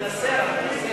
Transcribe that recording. אתם אכזרים,